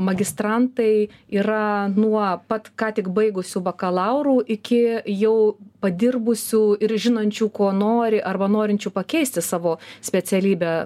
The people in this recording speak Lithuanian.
magistrantai yra nuo pat ką tik baigusių bakalaurų iki jau padirbusių ir žinančių ko nori arba norinčių pakeisti savo specialybę